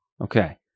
okay